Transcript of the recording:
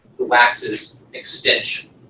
the wax is extension,